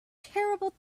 terrible